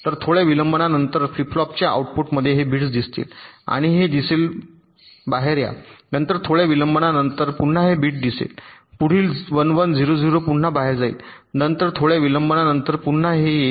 तर थोड्या विलंबानंतर प्रथम फ्लिप फ्लॉपच्या आउटपुटमध्ये हे बिट्स दिसतील आणि हे दिसेल बाहेर या नंतर थोड्या विलंबानंतर पुन्हा हे बिट दिसेल पुढील 1 1 0 0 पुन्हा बाहेर जाईल तर थोड्या विलंबानंतर पुन्हा हे येईल